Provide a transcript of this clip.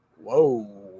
Whoa